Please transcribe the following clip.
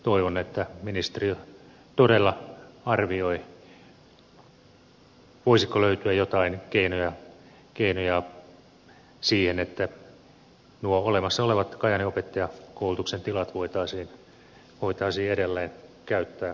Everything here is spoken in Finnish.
toivon että ministeriö todella arvioi voisiko löytyä joitain keinoja siihen että nuo olemassa olevat kajaanin opettajankoulutuksen tilat voitaisiin edelleen käyttää opettajankoulutukseen